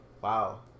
wow